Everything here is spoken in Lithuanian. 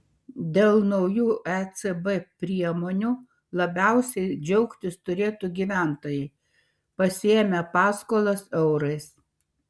dėl naujų ecb priemonių labiausiai džiaugtis turėtų gyventojai pasiėmę paskolas eurais